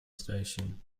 station